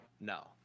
No